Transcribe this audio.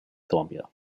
columbia